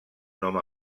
home